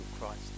Christ